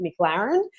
McLaren